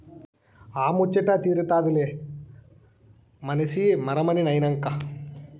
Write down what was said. ఆ ముచ్చటా తీరతాదిలే మనసి మరమనినైనంక